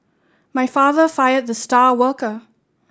my father fired the star worker